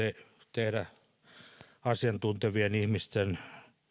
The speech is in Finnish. tehdä asiantuntevien ihmisten